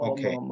Okay